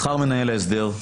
שכר מנהל להסדר.